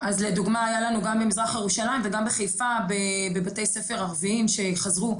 אז לדוגמא היה לנו גם במזרח ירושלים וגם בחיפה בבתי ספר ערביים שחזרו,